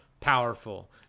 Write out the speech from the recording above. powerful